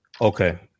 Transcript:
Okay